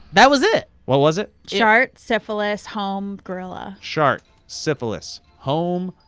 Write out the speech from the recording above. that was it. what was it? shart, syphilis, home, gorilla. shart, syphilis, home,